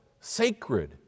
sacred